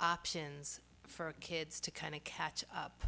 options for kids to kind of catch up